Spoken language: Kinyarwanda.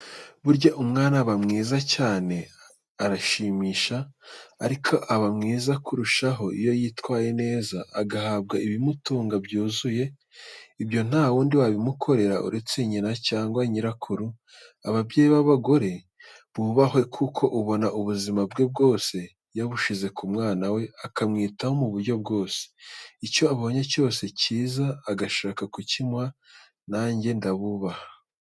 Burya umwana aba mwiza cyane arashimisha. Ariko aba mwiza kurushaho iyo yitaweho neza agahabwa ibimutunga byuzuye. Ibyo ntawundi wabimukorera uretse nyina cyangwa nyirakuru. Ababyeyi b'abagore bubahwe kuko ubona ubuzima bwe bwose yabushyize ku mwana we akamwitaho mu buryo bwose. Icyo abonye cyose kiza agashaka kukimuha najye ndabubaha .